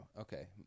Okay